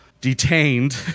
detained